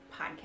podcast